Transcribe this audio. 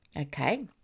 Okay